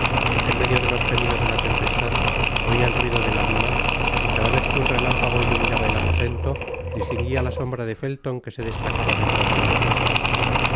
en medio de los gemidos de la tempestad oia el ruido de la lima y cada vez que un relámpago iluminaba el aposento distinguia la sombra de felton que se destacaba detrás de los cristales